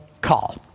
call